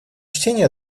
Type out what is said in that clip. чтения